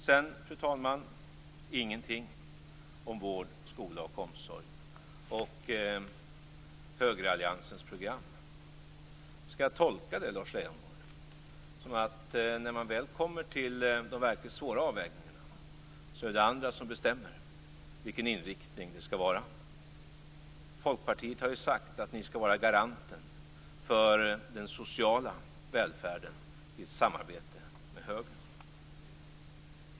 Sedan kom det, fru talman, ingenting om vård, skola och omsorg i högeralliansens program. Skall jag tolka det, Lars Leijonborg, så att när man väl kommer till de verkligt svåra avvägningarna är det andra som bestämmer vilken inriktning det skall vara? Ni i Folkpartiet har ju sagt att ni skall vara garanten för den sociala välfärden i ett samarbete med högern.